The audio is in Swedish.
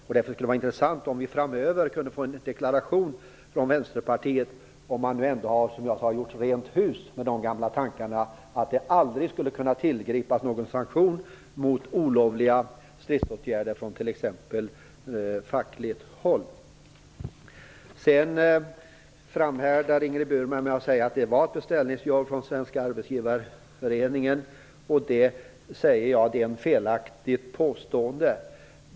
Det vore intressant om vi framöver kunde få en deklaration från Vänsterpartiet om att man nu har gjort rent hus med de gamla tankarna, att det aldrig skulle kunna tillgripas någon sanktion mot olovliga stridsåtgärder från t.ex. fackligt håll. Ingrid Burman framhärdar med att säga att det var ett beställningsjobb från Svenska Arbetsgivareföreningen. Det är ett felaktigt påstående.